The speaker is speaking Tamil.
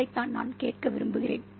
அதைத்தான் நான் கேட்க விரும்புகிறேன்